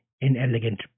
inelegant